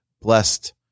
blessed